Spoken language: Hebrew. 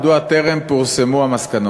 מדוע טרם פורסמו המסקנות?